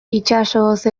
itsasoz